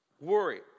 Worry